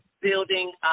building